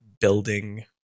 building